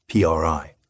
PRI